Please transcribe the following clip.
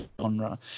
genre